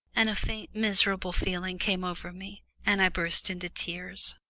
and a faint miserable feeling came over me and i burst into tears.